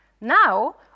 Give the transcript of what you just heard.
Now